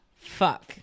Fuck